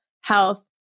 health